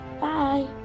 Bye